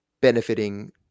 benefiting